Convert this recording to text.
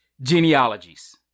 genealogies